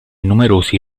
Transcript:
numerosi